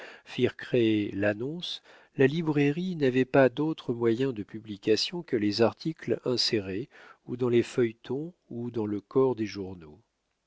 créer l'annonce la librairie n'avait pas d'autres moyens de publication que les articles insérés ou dans les feuilletons ou dans le corps des journaux